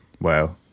Wow